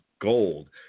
gold